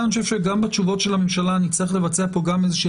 אני חושב שגם בתשובות הממשלה נצטרך לבצע כאן איזושהי